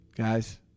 Guys